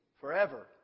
forever